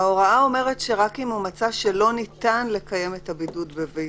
ההוראה אומרת שרק אם הוא מצא שלא ניתן לקיים את הבידוד בביתו.